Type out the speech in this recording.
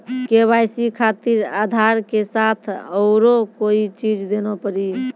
KYC खातिर आधार के साथ औरों कोई चीज देना पड़ी?